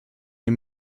des